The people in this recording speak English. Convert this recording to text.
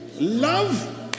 love